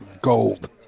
Gold